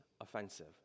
offensive